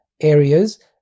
areas